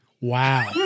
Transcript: Wow